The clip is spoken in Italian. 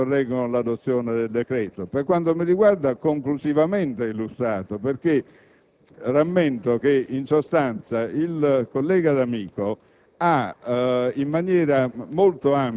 di necessità e di urgenza che sorreggono l'adozione del decreto, per quanto mi riguarda conclusivamente illustrato. In sostanza, il collega D'Amico